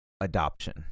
adoption